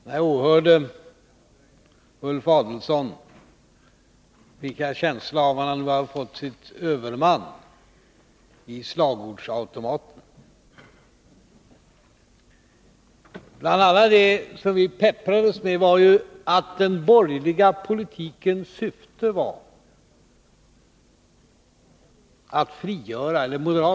När jag åhörde Ulf Adelsohn fick jag en känsla av att Per Ahlmark nu har fått sin överman i - Nr 50 ”slagordsautomaten”. Bland allt det som vi pepprades med var att moderaternas syfte är att frigöra människorna.